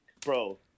bro